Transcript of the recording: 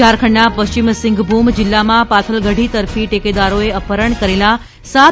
ઝારખંડના પશ્ચિમ સિંઘભૂમ જિલ્લામાં પાથલગઢી તરફી ટેકેદારોએ અપહરણ કરેલા સાત